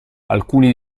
alcuni